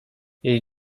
jej